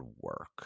work